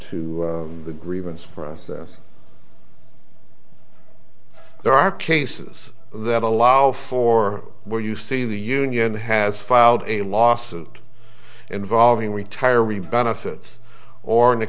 to the grievance for us there are cases that allow for where you see the union has filed a lawsuit involving retiring benefits or in